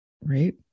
Right